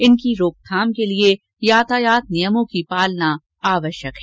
इनकी रोकथाम के लिये यातायात नियमों की पालना आवश्यक है